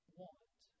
want